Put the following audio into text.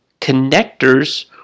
connectors